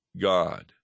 God